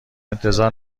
انتظار